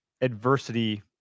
adversity